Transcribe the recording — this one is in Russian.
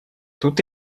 тут